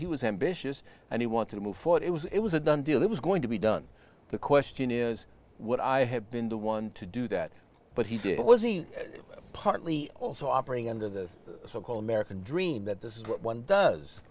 he was ambitious and he want to move forward it was it was a done deal it was going to be done the question is what i have been the one to do that but he did it was partly also operating under the so called american dream that this is what one does